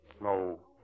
No